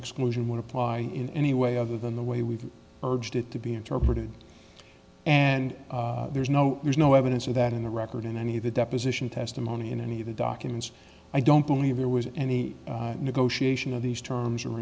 exclusion would apply in any way other than the way we've urged it to be interpreted and there's no there's no evidence of that in the record in any of the deposition testimony in any of the documents i don't believe there was any negotiation of these terms or